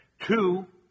two